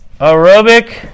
Aerobic